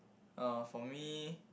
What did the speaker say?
uh for me